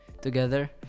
together